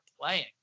playing